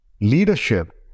Leadership